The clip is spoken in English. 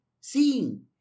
seeing